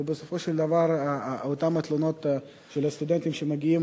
בסופו של דבר אותן התלונות של הסטודנטים שמגיעות